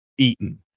eaten